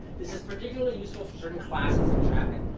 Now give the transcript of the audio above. this is particularly useful for certain classes of traffic,